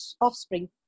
offspring